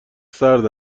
سرد